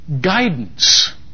guidance